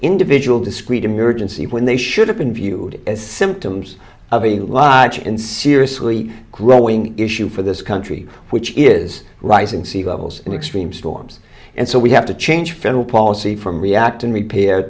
individual discrete emergency when they should have been viewed as symptoms of a lauch in seriously growing issue for this country which is rising sea levels and extreme storms and so we have to change federal policy from react and repair